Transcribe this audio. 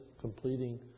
completing